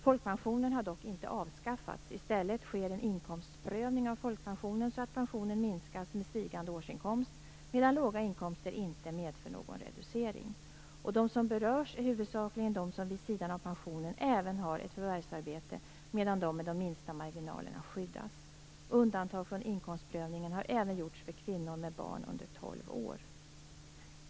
Folkpensionen har dock inte avskaffats. I stället sker en inkomstprövning av folkpensionen så att pensionen minskas med stigande årsinkomst medan låga inkomster inte medför någon reducering. De som berörs är huvudsakligen de som vid sidan av pensionen även har ett förvärvsarbete medan de med de minsta marginalerna skyddas. Undantag från inkomstprövningen har även gjorts för kvinnor med barn under 12 år.